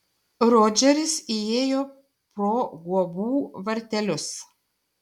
rodžeris įėjo pro guobų vartelius